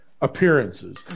appearances